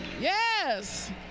Yes